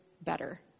better